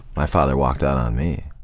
my father walked out on me,